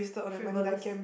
trivalous